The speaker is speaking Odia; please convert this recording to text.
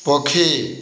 ପକ୍ଷୀ